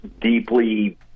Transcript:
deeply